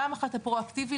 פעם אחת פרו-אקטיבי,